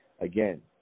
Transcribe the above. Again